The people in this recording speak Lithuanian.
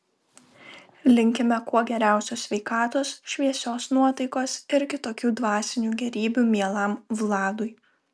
linkime kuo geriausios sveikatos šviesios nuotaikos ir kitokių dvasinių gėrybių mielam vladui